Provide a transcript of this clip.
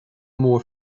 mór